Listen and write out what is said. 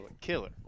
killer